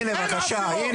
הנה בבקשה,